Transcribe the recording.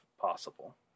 possible